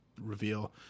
reveal